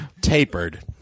Tapered